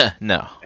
No